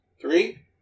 Three